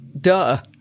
duh